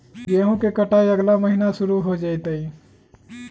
गेहूं के कटाई अगला महीना शुरू हो जयतय